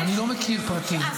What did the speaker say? אני לא מכיר פרטים, מירב.